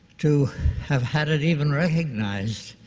to have had it even recognized,